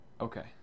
Okay